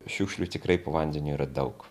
šiukšlių tikrai po vandeniu yra daug